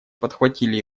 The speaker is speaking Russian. подхватили